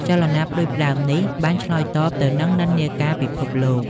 ចលនាផ្តួចផ្តើមនេះបានឆ្លើយតបទៅនឹងនិន្នាការពិភពលោក។